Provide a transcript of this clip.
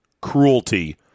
cruelty